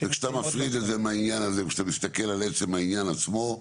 וכשאתה מפריד את זה מהעניין הזה וכשאתה מסתכל על עצם העניין עצמו,